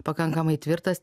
pakankamai tvirtas